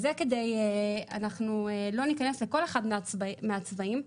אנחנו לא ניכנס לכל אחד מהצבעים,